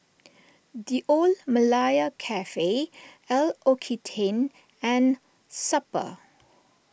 the Old Malaya Cafe L'Occitane and Super